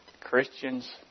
Christians